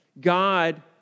God